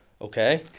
Okay